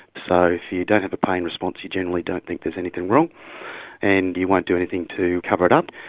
so if you don't have a pain response you generally don't think there's anything wrong and you won't do anything to cover it up.